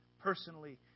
personally